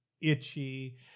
itchy